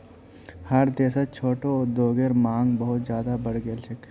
हर देशत छोटो उद्योगेर मांग बहुत ज्यादा बढ़ गेल छेक